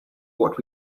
what